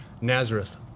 Nazareth